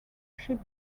ship